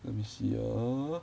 let me see ah